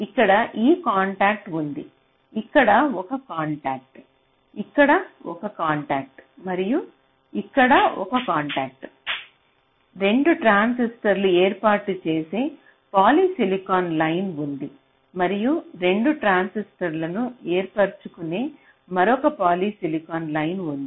ఇక్కడ ఒక కాంటాక్ట్ ఉంది ఇక్కడ ఒక కాంటాక్ట్ ఇక్కడ ఒక కాంటాక్ట్ మరియు ఇక్కడ ఒక కాంటాక్ట్ 2 ట్రాన్సిస్టర్లను ఏర్పాటు చేసే పాలిసిలికాన్ లైన్ ఉంది మరియు 2 ట్రాన్సిస్టర్లను ఏర్పరుచుకునే మరొక పాలిసిలికాన్ లైన్ ఉంది